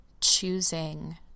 choosing